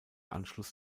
anschluss